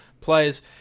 players